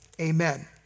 Amen